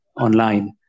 online